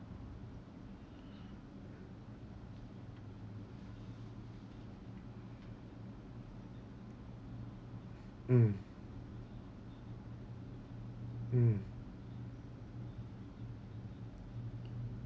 mm mm